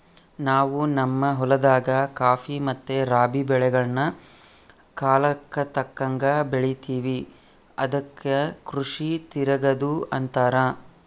ನಾವು ನಮ್ಮ ಹೊಲದಾಗ ಖಾಫಿ ಮತ್ತೆ ರಾಬಿ ಬೆಳೆಗಳ್ನ ಕಾಲಕ್ಕತಕ್ಕಂಗ ಬೆಳಿತಿವಿ ಅದಕ್ಕ ಕೃಷಿ ತಿರಗದು ಅಂತಾರ